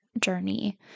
journey